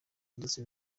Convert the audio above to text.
ndetse